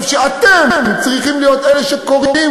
שאתם תהיו אלה שקוראים